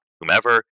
whomever